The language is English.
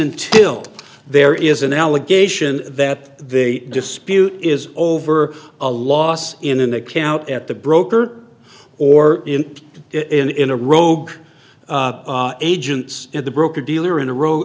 until there is an allegation that the dispute is over a loss in an account at the broker or in the in a rogue agents in the broker dealer in a row